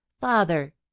father